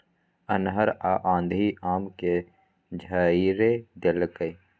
अन्हर आ आंधी आम के झाईर देलकैय?